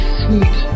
sweet